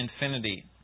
infinity